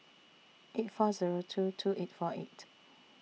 eight four Zero two two eight four eight